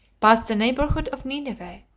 past the neighbourhood of nineveh,